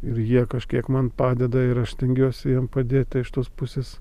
ir jie kažkiek man padeda ir aš stengiuosi jiem padėti iš tos pusės